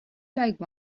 like